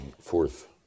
fourth